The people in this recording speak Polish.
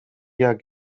jak